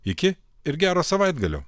iki ir gero savaitgalio